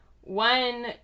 one